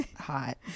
hot